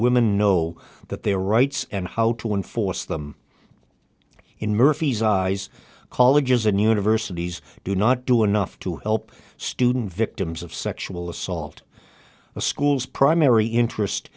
women know that their rights and how to enforce them in murphys eyes colleges and universities do not do enough to help student victims of sexual assault a school's primary interest